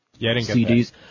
CDs